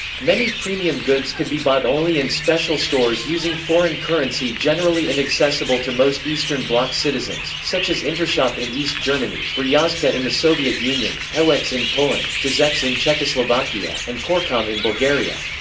many premium goods could be bought only in special stores using foreign currency generally inaccessible to most eastern bloc citizens, such as intershop in east germany, beryozka in the soviet union, pewex in poland, tuzex in czechoslovakia, and corecom in bulgaria.